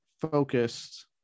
focused